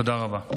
תודה רבה.